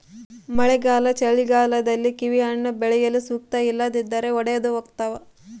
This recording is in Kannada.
ಮಳೆಗಾಲ ಚಳಿಗಾಲದಲ್ಲಿ ಕಿವಿಹಣ್ಣು ಬೆಳೆಯಲು ಸೂಕ್ತ ಇಲ್ಲದಿದ್ದರೆ ಒಡೆದುಹೋತವ